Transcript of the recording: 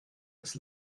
das